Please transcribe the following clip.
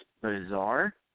bizarre